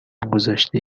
گذاشته